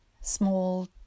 Small